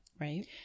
Right